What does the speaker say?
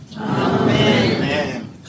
Amen